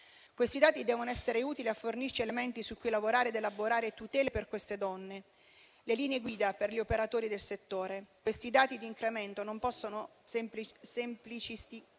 Questi dati devono essere utili a fornirci elementi su cui lavorare ed elaborare tutele per queste donne, le linee guida per gli operatori del settore. Questi dati di incremento non possono semplicisticamente